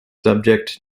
subject